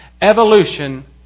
Evolution